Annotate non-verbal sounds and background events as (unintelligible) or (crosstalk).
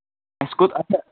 اَسہِ کوٚت (unintelligible)